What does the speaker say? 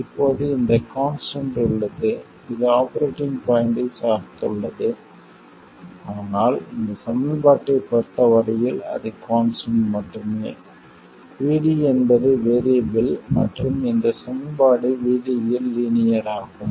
இப்போது இந்த கான்ஸ்டன்ட் உள்ளது அது ஆபரேட்டிங் பாய்ண்ட்டைச் சார்ந்துள்ளது ஆனால் இந்தச் சமன்பாட்டைப் பொறுத்த வரையில் அது கான்ஸ்டன்ட் மட்டுமே VD என்பது வேறியபிள் மற்றும் இந்த சமன்பாடு VD இல் லீனியர் ஆகும்